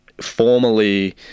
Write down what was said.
formally